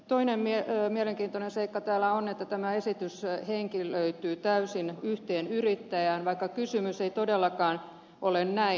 toinen mielenkiintoinen seikka on että tämä esitys henkilöityy täysin yhteen yrittäjään vaikka kysymys ei todellakaan ole näin